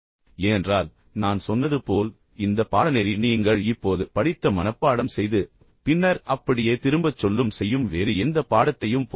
ஏனென்றால் நான் சொன்னது போல் இந்த பாடநெறி நீங்கள் இப்போது படித்த மனப்பாடம் செய்து பின்னர் அப்படியே திரும்பச் சொல்லும் செய்யும் வேறு எந்த பாடத்தையும் போல அல்ல